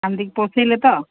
ଆମକୁ ପୋଷେଇଲେ ତ